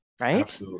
right